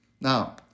Now